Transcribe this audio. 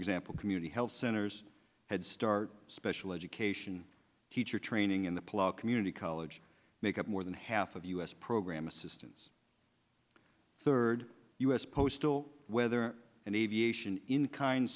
example community health centers headstart special education teacher training in the pla community college make up more than half of us program assistance third u s postal weather and aviation in kind